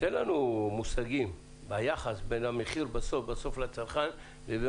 תן לנו מושגים ביחס בין המחיר לצרכן בסוף לבין